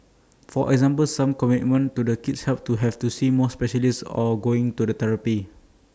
for example some commitment to the kids help to have to see more specialists or going to the therapy